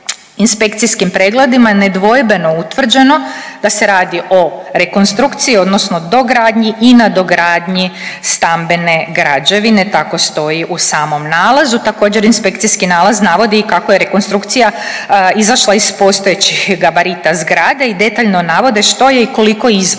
inspekcijski pregledima nedvojbeno utvrđeno da se radi o rekonstrukciji odnosno dogradnji i nadogradnji stambene građevine. Tako stoji u samom nalazu. Također inspekcijski nalaz navodi i kako je rekonstrukcija izašla iz postojećih gabarita zgrade i detaljno navode što je i koliko izvan